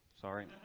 Sorry